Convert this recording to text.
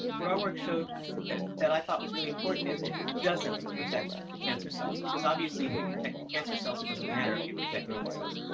what our work showed that that i thought was really important is it doesn't protect the cancer cells because obviously if you protect the cancer cells, it doesn't matter if you protect normal cells.